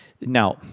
now